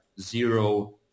zero